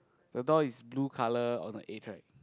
the door is blue colour on the edge right